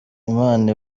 imana